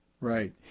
Right